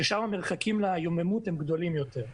ששם המרחקים ביום יום הם רחוקים יותר.